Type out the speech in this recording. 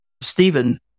Stephen